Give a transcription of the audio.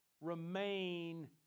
remain